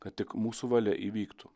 kad tik mūsų valia įvyktų